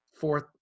Fourth